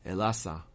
Elasa